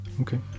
Okay